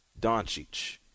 Doncic